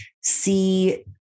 see